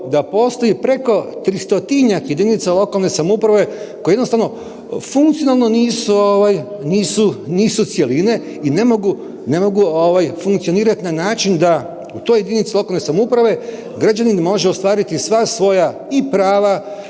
da postoji preko 300-tinjak jedinice lokalne samouprave koje jednostavno funkcionalno nisu cjeline i ne mogu funkcionirati na način da u toj jedinici lokalne samouprave građanin može ostvariti i prava